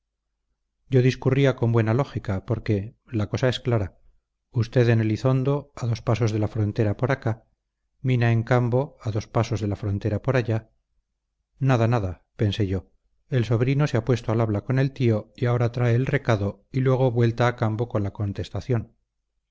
yo discurría con buena lógica porque la cosa es clara usted en elizondo a dos pasos de la frontera por acá mina en cambo a dos pasos de la frontera por allá nada nada pensé yo el sobrino se ha puesto al habla con el tío y ahora trae el recado y luego vuelta a cambo con la contestación